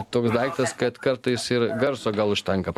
toks daiktas kad kartais ir garso gal užtenka